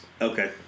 Okay